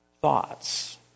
thoughts